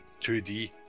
2D